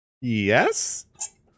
Yes